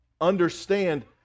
understand